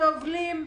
סובלים.